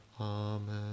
Amen